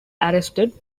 arrested